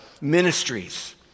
ministries